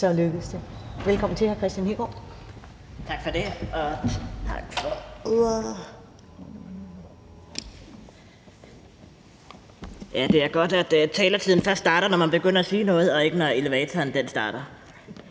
(RV): Tak for det, og tak for ordet. Det er godt, at taletiden først starter, når man begynder at sige noget, og ikke når liften starter.